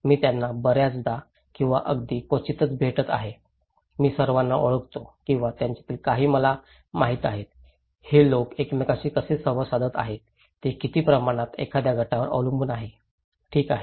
मी त्यांना बर्याचदा किंवा अगदी क्वचितच भेटत आहे मी सर्वांना ओळखतो किंवा त्यांच्यातील काही मला माहित आहे हे लोक एकमेकांशी कसे संवाद साधत आहेत ते किती प्रमाणात एखाद्या गटावर अवलंबून आहे ठीक आहे